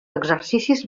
exercicis